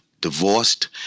divorced